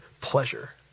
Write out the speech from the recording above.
pleasure